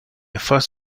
first